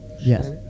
Yes